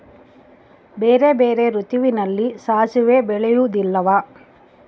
ಬೇರೆ ಬೇರೆ ಋತುವಿನಲ್ಲಿ ಸಾಸಿವೆ ಬೆಳೆಯುವುದಿಲ್ಲವಾ?